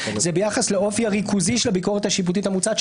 הוא ביחס לאופי הריכוזי של הביקורת השיפוטית המוצעת,